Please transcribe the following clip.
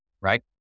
right